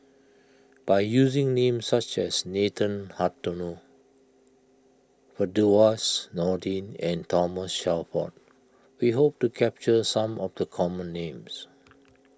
by using names such as Nathan Hartono Firdaus Nordin and Thomas Shelford we hope to capture some of the common names